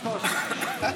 בקושי.